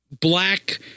black